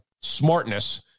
smartness